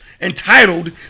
entitled